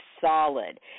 solid